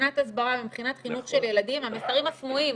מבחינת הסברה ומבחינת חינוך של ילדים המסרים הסמויים,